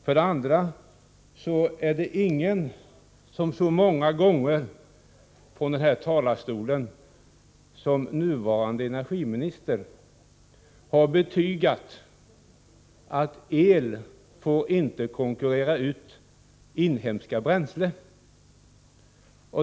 För det andra är det ingen som så många gånger som den nuvarande energiministern från den här talarstolen har betygat att el inte får konkurrera ut inhemska bränslen.